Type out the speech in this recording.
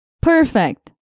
Perfect